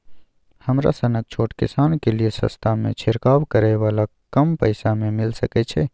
हमरा सनक छोट किसान के लिए सस्ता में छिरकाव करै वाला कम पैसा में मिल सकै छै?